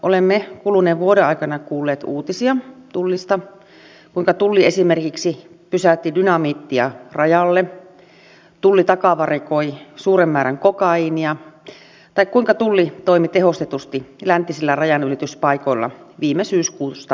olemme kuluneen vuoden aikana kuulleet uutisia tullista kuinka tulli esimerkiksi pysäytti dynamiittia rajalle tulli takavarikoi suuren määrän kokaiinia tai kuinka tulli toimi tehostetusti läntisillä rajanylityspaikoilla viime syyskuusta lähtien